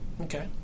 Okay